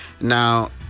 Now